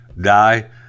die